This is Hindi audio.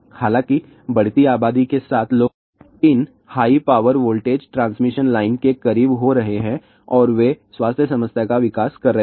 हालांकि बढ़ती आबादी के साथ लोग इन high power voltage transmission line के करीब हो रहे हैं और वे स्वास्थ्य समस्या का विकास कर रहे हैं